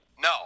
No